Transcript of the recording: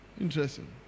Interesting